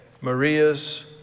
Maria's